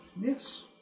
yes